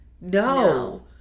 No